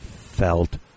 felt